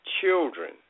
Children